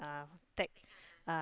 uh tag